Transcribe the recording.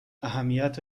اهمیت